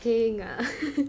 heng ah